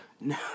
No